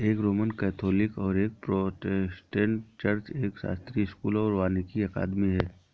एक Roman Catholic और एक प्रोटेस्टेंट चर्च, एक शास्त्रीय स्कूल और वानिकी अकादमी है